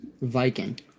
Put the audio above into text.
Viking